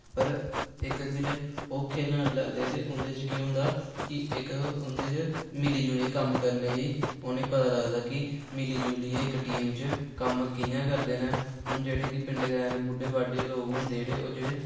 पर इक जिसलै ओह् खेलन लगदे ते उं'दे च केह् होंदा कि इक उं'दे च मिली जुलियै कम्म करने दी उ'नें गी पता लगदा कि मिली जुलियै इक टीम च कम्म कि'यां करदे नै हून जेह्ड़े कि पिंडे ग्राएं दे बुड्ढे बाड्डे लोग होंदे जेह्ड़े